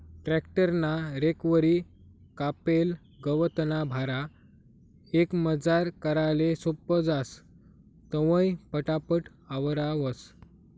tractor ना रेकवरी कापेल गवतना भारा एकमजार कराले सोपं जास, तवंय पटापट आवरावंस